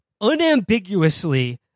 unambiguously